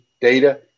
data